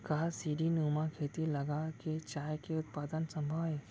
का सीढ़ीनुमा खेती लगा के चाय के उत्पादन सम्भव हे?